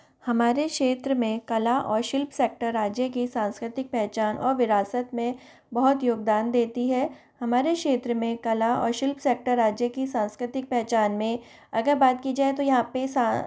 हमारे क्षेत्र में कला और शिल्प सेक्टर राज्य की सांस्कृतिक पहचान और विरासत में बहुत योगदान देती है हमारे क्षेत्र में कला और शिल्प सेक्टर राज्य की सांस्कृतिक पहचान में अगर बात की जाए तो यहाँ पे सा